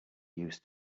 used